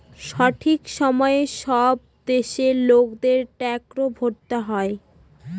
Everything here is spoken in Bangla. সঠিক সময়ে সব দেশের লোকেদের ট্যাক্স ভরতে হয়